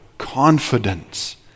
confidence